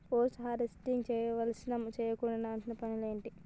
Post harvesting చేయవలసిన చేయకూడని పనులు ఏంటి?